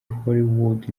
hollywood